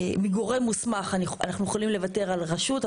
אנחנו יכולים לוותר על "רשות",